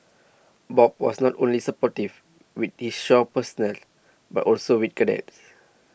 Bob was not only supportive with his shore personnel but also with cadets